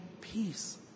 peace